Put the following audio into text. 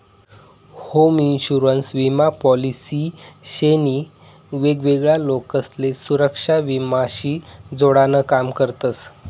home insurance विमा policy शे नी वेगवेगळा लोकसले सुरेक्षा विमा शी जोडान काम करतस